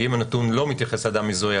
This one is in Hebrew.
כי אם הנתון לא מתייחס לאדם מזוהה,